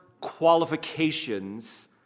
qualifications